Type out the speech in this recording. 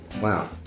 Wow